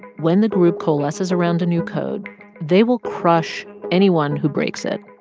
when the group coalesces around a new code, they will crush anyone who breaks it.